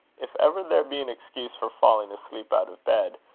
if ever there be an excuse for falling asleep out of bed,